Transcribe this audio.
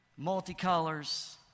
Multicolors